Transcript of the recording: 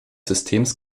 systems